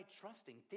trusting